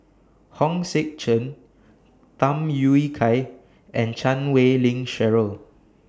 Hong Sek Chern Tham Yui Kai and Chan Wei Ling Cheryl